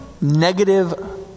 negative